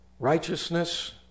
Righteousness